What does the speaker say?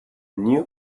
new